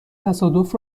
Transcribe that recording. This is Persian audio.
تصادف